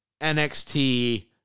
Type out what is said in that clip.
NXT